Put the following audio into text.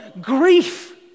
Grief